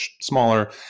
smaller